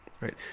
right